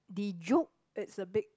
the joke it's a bit